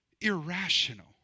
irrational